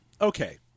Okay